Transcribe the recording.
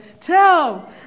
tell